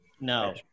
No